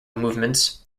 movements